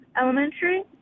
Elementary